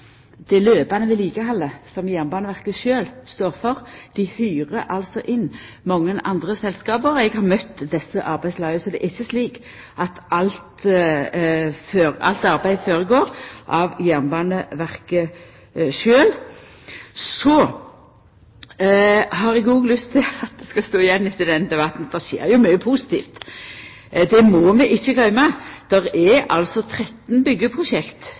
det løpande vedlikehaldet som Jernbaneverket står for sjølv. Dei hyrer altså inn mange andre selskap. Eg har møtt desse arbeidslaga. Så det er ikkje slik at alt arbeid blir gjort av Jernbaneverket sjølv. Så har eg òg lyst til at det skal stå igjen etter denne debatten at det skjer jo mykje positivt – det må vi ikkje gløyma. Det er altså 13